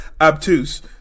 obtuse